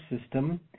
system